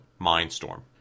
Mindstorm